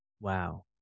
Wow